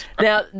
Now